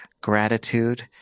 gratitude